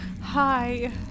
Hi